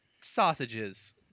sausages